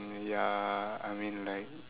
ya I mean like